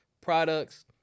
products